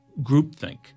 groupthink